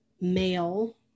male